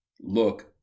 Look